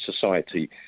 society